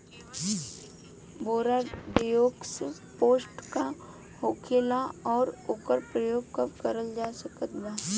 Bordeaux paste का होखेला और ओकर प्रयोग कब करल जा सकत बा?